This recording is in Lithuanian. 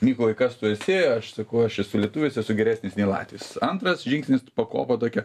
mykolai kas tu esi aš sakau aš esu lietuvis esu geresnis nei latvis antras žingsnis pakopa tokia